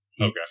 Okay